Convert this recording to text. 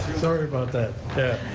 sorry about that,